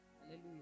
Hallelujah